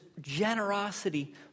generosity